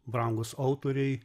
brangūs autoriai